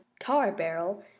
tar-barrel